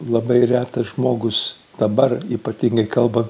labai retas žmogus dabar ypatingai kalba